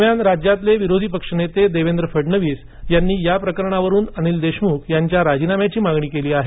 दरम्यान राज्यातले विरोधी पक्ष नेते देवेंद्र फडणवीस यांनी या प्रकरणावरून अनिल देशमुख यांच्या राजीनाम्याची मागणी केली आहे